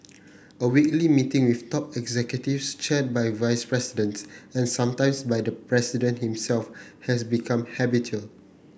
a weekly meeting with top executives chaired by vice presidents and sometimes by the president himself has become habitual